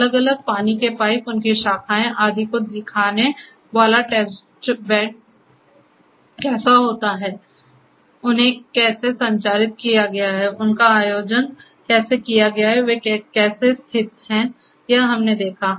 अलग अलग पानी के पाइप उनकी शाखाएं आदि को दिखाने वाला टेस्ट पेड़ कैसा होता है उन्हें कैसे संरचित किया गया है उनका आयोजन कैसे किया गया है वे कैसे स्थित हैं यह हमने देखा है